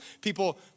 people